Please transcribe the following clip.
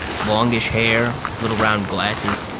longish hair. little round glasses.